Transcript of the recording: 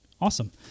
Awesome